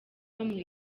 bamuha